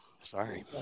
Sorry